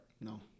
No